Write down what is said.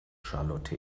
charlotte